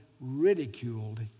ridiculed